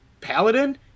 paladin